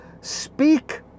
speak